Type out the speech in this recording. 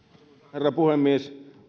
herra puhemies